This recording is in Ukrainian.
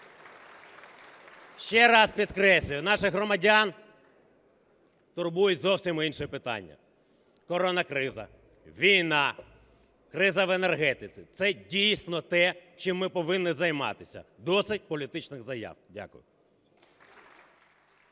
Ще раз підкреслюю, наших громадян турбують зовсім інші питання: коронакриза, війна, криза в енергетиці. Це дійсно те, чим ми повинні займатися. Досить політичних заяв. Дякую.